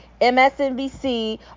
msnbc